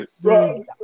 Bro